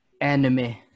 Anime